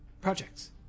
projects